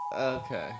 Okay